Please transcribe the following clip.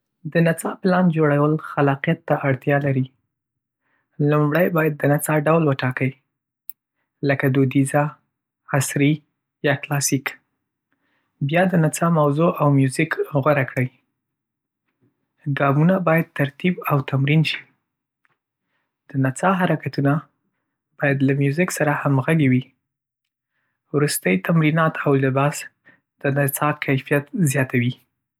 د نڅا پلان جوړول خلاقیت ته اړتیا لري. لومړی باید د نڅا ډول وټاکئ، لکه دودیزه، عصري یا کلاسیک. بیا د نڅا موضوع او میوزیک غوره کړئ. ګامونه باید ترتیب او تمرین شي. د نڅا حرکتونه باید له میوزیک سره همغږي وي. وروستۍ تمرینات او لباس د نڅا کیفیت زیاتوي.